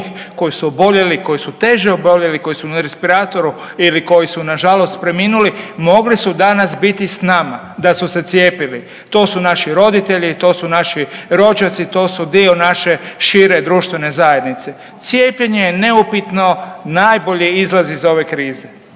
koji su oboljeli, koji su teže oboljeli koji su na respiratoru ili koji su nažalost preminuli mogli su danas biti s nama da su se cijepili. To su naši roditelji, to su naši rođaci, to su dio naše šire društvene zajednice. Cijepljenje je neupitno najbolji izlaz iz ove krize.